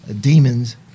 demons